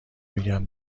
میگم